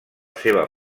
seva